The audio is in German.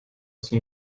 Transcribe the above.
zum